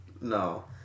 No